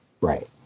right